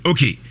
Okay